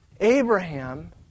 Abraham